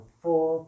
four